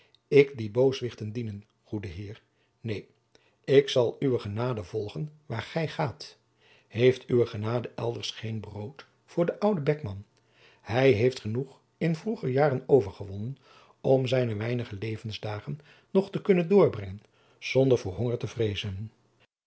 ik die booswichten dienen goede heer neen ik zal uwe genade volgen waar gij gaat heeft uwe genade elders jacob van lennep de pleegzoon geen brood voor den ouden beckman hij heeft genoeg in vroeger jaren overgewonnen om zijne weinige levensdagen nog te kunnen doorbrengen zonder voor honger te vreezen